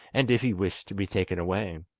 and if he wished to be taken away.